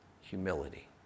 humility